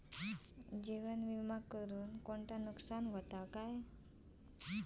जीवन विमा करुचे कोणते नुकसान हत काय?